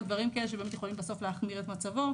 או דברים כאלה שבאמת יכולים בסוף להחמיר את מצבו,